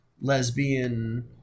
lesbian